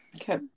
Okay